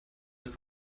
ist